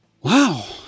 Wow